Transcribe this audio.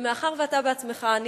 מאחר שאתה בעצמך ענית,